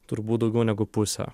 turbūt daugiau negu pusė